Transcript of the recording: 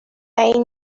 این